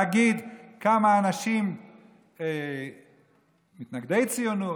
מישהו יעז להגיד כמה אנשים מתנגדי ציונות,